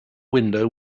window